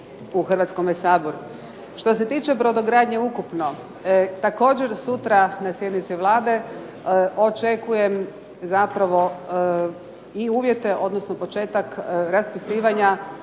Hrvatskome saboru. Što se tiče brodogradnje ukupno, također sutra na sjednici Vlade očekujem zapravo i uvjete, odnosno početak raspisivanja